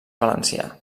valencià